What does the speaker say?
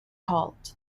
halt